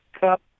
Cup